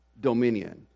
dominion